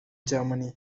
germany